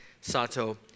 Sato